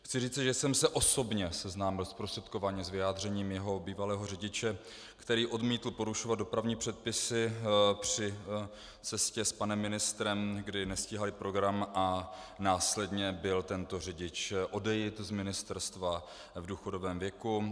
Chci říci, že jsem se osobně seznámil zprostředkovaně s vyjádřením jeho bývalého řidiče, který odmítl porušovat dopravní předpisy při cestě s panem ministrem, kdy nestíhali program, a následně byl tento řidič odejit z ministerstva v důchodovém věku.